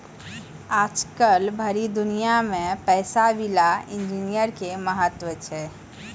आजकल भरी दुनिया मे पैसा विला इन्जीनियर के महत्व छै